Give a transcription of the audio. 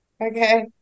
Okay